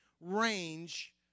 range